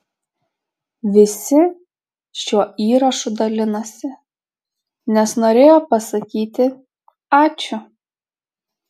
visi šiuo įrašu dalinosi nes norėjo pasakyti ačiū